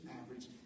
average